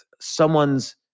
someone's